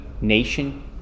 nation